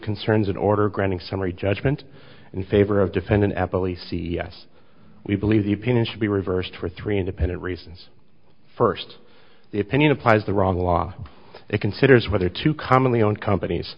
concerns in order granting summary judgment in favor of defendant apple e c s we believe the opinion should be reversed for three independent reasons first the opinion applies the wrong law it considers whether to commonly owned companies